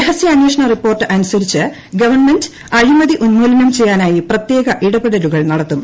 രഹസ്യാന്വേഷണറിപ്പോർട്ട് അനുസരിച്ച്ഗവൺമെന്റ്അഴിമതിഉന്മൂലനം ചെയ്യാനായി പ്രത്യേക ഇടപെടലുകൾ നടത്തും